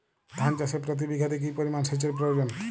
ধান চাষে প্রতি বিঘাতে কি পরিমান সেচের প্রয়োজন?